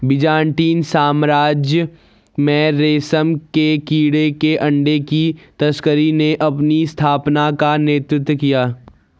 Byzantine साम्राज्य में रेशम के कीड़े के अंडे की तस्करी ने अपनी स्थापना का नेतृत्व किया